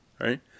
right